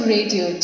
Radio